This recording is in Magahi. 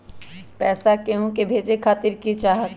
पैसा के हु के भेजे खातीर की की चाहत?